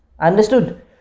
Understood